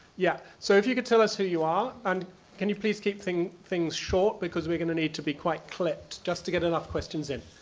yeah, so if you could tell us who you are, and can you please keep things things short because we're gonna need to be quite clipped just to get enough questions in.